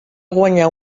guanyar